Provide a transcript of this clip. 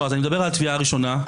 לא, אני מדבר על תביעה ראשונה.